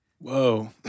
Whoa